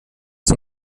som